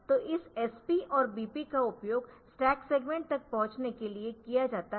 तो इस SP और BP का उपयोग स्टैक सेगमेंट तक पहुंचने के लिए किया जाता है